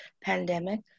pandemic